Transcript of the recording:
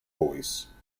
voice